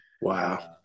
Wow